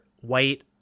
white